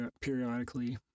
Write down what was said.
periodically